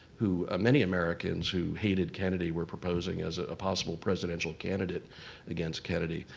who many americans who hated kennedy were proposing as a possible presidential candidate against kennedy.